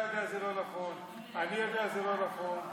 ואתה יודע שזה לא נכון ואני יודע שזה לא נכון,